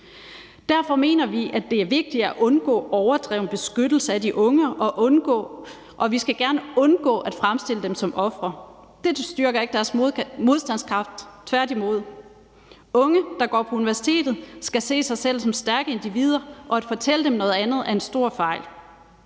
Derfor mener vi, at det er vigtigt at undgå overdreven beskyttelse af de unge, og vi skal gerne undgå at fremstille dem som ofre. Det styrker ikke deres modstandskraft – tværtimod. Unge, der går på universitetet skal se sig selv som stærke individer, og at fortælle dem noget andet er en stor fejl.